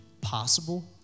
possible